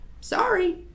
Sorry